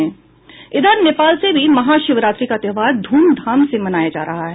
नेपाल में भी महाशिवरात्रि का त्योहार धूमधाम से मनाया जा रहा है